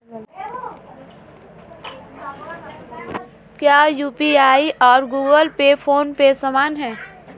क्या यू.पी.आई और Google Pay PhonePe समान हैं?